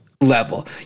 level